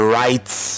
rights